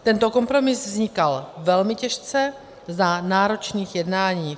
Tento kompromis vznikal velmi těžce za náročných jednání.